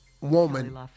woman